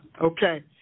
Okay